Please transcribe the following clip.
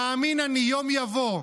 מאמין אני יום יבוא,